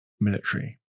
military